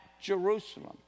Jerusalem